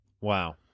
Wow